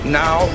now